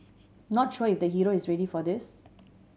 not sure if the hero is ready for this